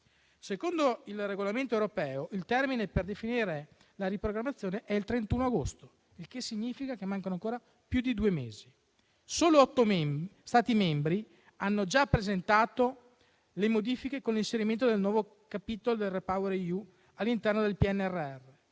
Secondo il Regolamento europeo il termine per definire la riprogrammazione è il 31 agosto; ciò significa che mancano ancora più di due mesi. Solo 8 Stati membri hanno già presentato le modifiche con l'inserimento del nuovo capitolo del REPowerEU all'interno del PNRR.